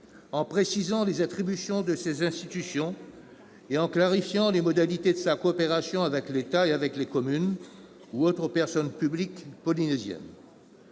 en précisant les attributions de ses institutions et en clarifiant les modalités de sa coopération avec l'État et avec les communes ou autres personnes publiques polynésiennes.